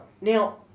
Now